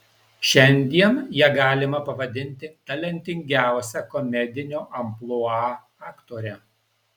šiandien ją galima pavadinti talentingiausia komedinio amplua aktore